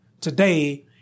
today